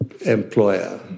employer